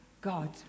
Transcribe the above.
God